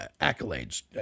accolades